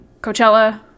coachella